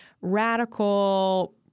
radical